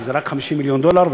כי זה רק 50 מיליון דולר,